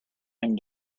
him